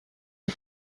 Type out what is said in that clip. you